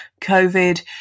COVID